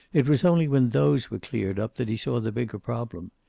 it was only when those were cleared up that he saw the bigger problem.